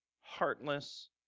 heartless